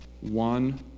one